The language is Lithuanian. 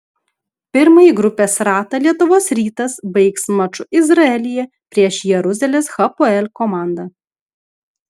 pirmąjį grupės ratą lietuvos rytas baigs maču izraelyje prieš jeruzalės hapoel komandą